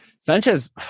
Sanchez